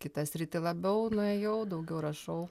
kitą sritį labiau nuėjau daugiau rašau